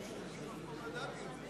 אינו נוכח